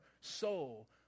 soul